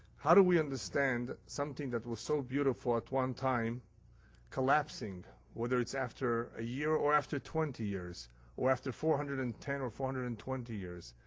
how do we understand something that was so beautiful at one time collapsing, whether it's after a year or after twenty years or after four hundred and ten or four hundred and twenty years.